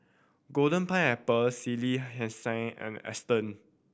Golden Pineapple Sally Hansen and Aston